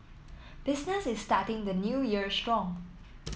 business is starting the New Year strong